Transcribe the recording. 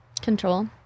control